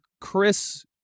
Chris